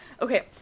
Okay